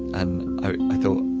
and i thought,